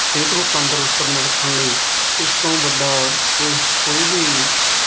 ਸਿਹਤ ਨੂੰ ਤੰਦਰੁਸਤ ਰੱਖਣ ਲਈ ਇਸ ਤੋਂ ਵੱਡਾ ਕੋਈ ਕੋਈ ਵੀ